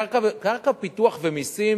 קרקע, פיתוח ומסים